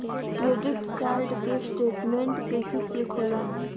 Credit card के statement कइसे check होला?